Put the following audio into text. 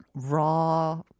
raw